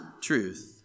truth